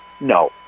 no